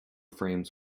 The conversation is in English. frames